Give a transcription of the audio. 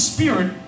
Spirit